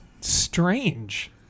strange